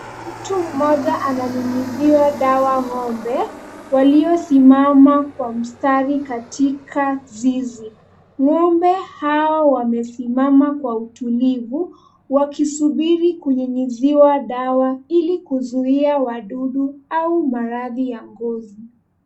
Mtu mmoja ananyunyiziwa dawa ng'ombe, waliosimama kwa mstari katika zizi. Ngombe hao wamesimama kwa utulivu, wakisubiri kunyunyiziwa dawa ili kuzuia wadudu au maradhi ya ngozi.